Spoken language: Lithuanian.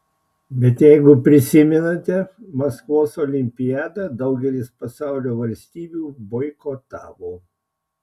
bet jeigu prisimenate maskvos olimpiadą daugelis pasaulio valstybių boikotavo